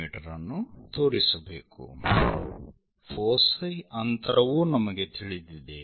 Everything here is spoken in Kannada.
ಮೀ ಅನ್ನು ತೋರಿಸಬೇಕು ಫೋಸೈ ಅಂತರವೂ ನಮಗೆ ತಿಳಿದಿದೆ